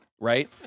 right